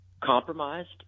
compromised